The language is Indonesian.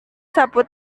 sapu